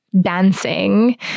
dancing